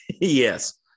yes